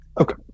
Okay